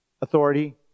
authority